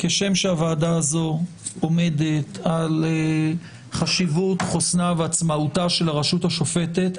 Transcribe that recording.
כשם שהוועדה הזו עומדת על חשיבות חוסנה ועצמאותה של הרשות השופטת,